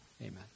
Amen